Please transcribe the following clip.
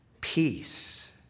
Peace